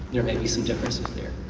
there may be some differences there.